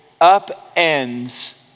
upends